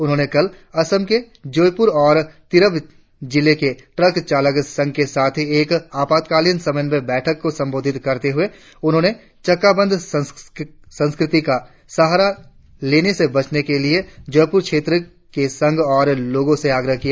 उन्होंने कल असम के जोयपुर और तिरप जिले के ट्रक चालक संघ के साथ एक आपातकालीन समन्वय बैठक को संबोधित करते हुए उन्होंने चक्का बंद संस्कृति का सहारा लेने से बचने के लिए जोयपुर क्षेत्र के संघ और लोगो से आग्रह किया